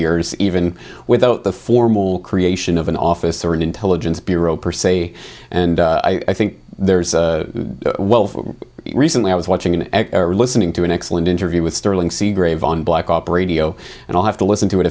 years even without the formal creation of an office or an intelligence bureau per se and i think there's a wealth recently i was watching or listening to an excellent interview with sterling seagrave on black op radio and i'll have to listen to it a